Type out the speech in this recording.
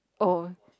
oh